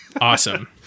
Awesome